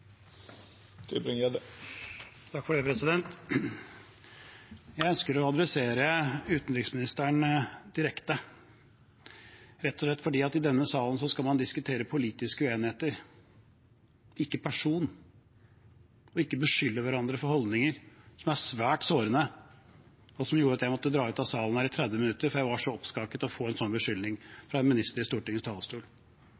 Jeg ønsker å adressere utenriksministeren direkte, rett og slett fordi man i denne salen skal diskutere politiske uenigheter, ikke person, og ikke beskylde hverandre for holdninger. Det er svært sårende, og det gjorde at jeg måtte ut av salen her i 30 minutter fordi jeg var så oppskaket over å få en